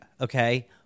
okay